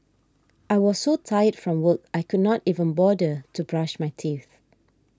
I was so tired from work I could not even bother to brush my teeth